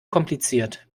kompliziert